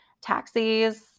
Taxis